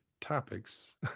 topics